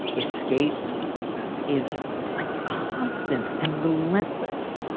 escape is like constant and relentless.